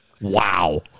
Wow